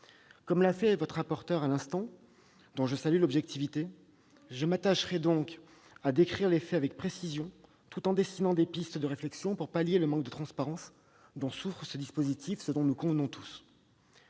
de le faire votre rapporteur, dont je salue l'objectivité, je m'attacherai donc à décrire les faits avec précision, tout en dessinant des pistes de réflexion pour pallier le manque de transparence dont- nous en convenons tous